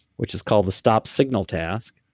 which is called the stop signal task,